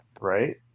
right